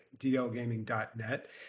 dlgaming.net